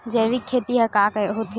जैविक खेती ह का होथे?